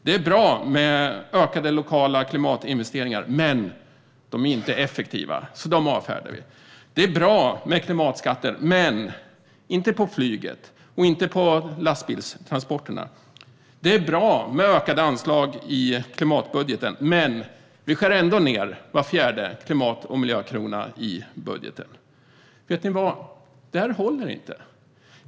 Det är bra med ökade lokala klimatinvesteringar, men de är inte effektiva så de avfärdar vi. Det är bra med klimatskatter, men inte på flyget och inte på lastbilstransporterna. Det är bra med ökade anslag i klimatbudgeten, men vi skär ändå ned var fjärde miljö och klimatkrona i budgeten. Vet ni vad: Det håller inte.